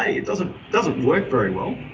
it doesn't doesn't work very well,